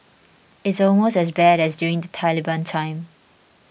it's almost as bad as during the Taliban time